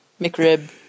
McRib